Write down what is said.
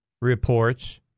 reports